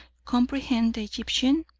comprehend the egyptian?